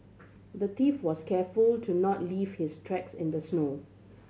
the thief was careful to not leave his tracks in the snow